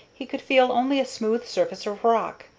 he could feel only a smooth surface of rock.